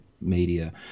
media